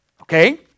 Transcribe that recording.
okay